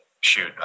shoot